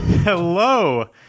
Hello